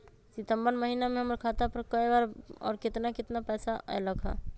सितम्बर महीना में हमर खाता पर कय बार बार और केतना केतना पैसा अयलक ह?